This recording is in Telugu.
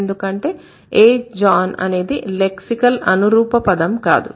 ఎందుకంటే a John అనేది లెక్సికల్ అనురూప పదం కాదు